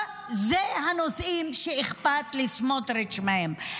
אלה הנושאים שאכפת לסמוטריץ' מהם.